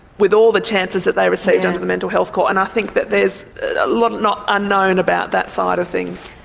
with all the chances they received under the mental health court. and i think that there's a lot unknown unknown about that side of things.